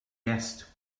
guest